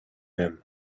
him